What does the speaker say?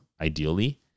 ideally